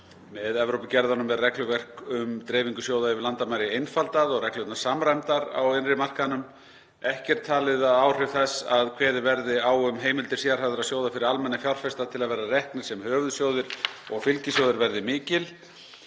Með Evrópugerðunum er regluverk um dreifingu sjóða yfir landamæri einfaldað og reglurnar samræmdar á innri markaðnum. Ekki er talið að áhrif þess að kveðið verði á um heimildir sérhæfðra sjóða fyrir almenna fjárfesta til að vera reknir sem höfuðsjóðir og fylgisjóðir verði mikil.